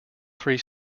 three